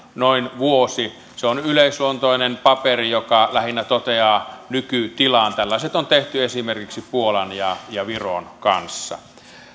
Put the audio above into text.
noin vuosi se on yleisluontoinen paperi joka lähinnä toteaa nykytilan tällaiset on tehty esimerkiksi puolan ja ja viron kanssa